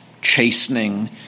chastening